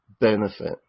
benefit